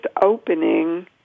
opening